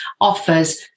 offers